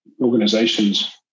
organizations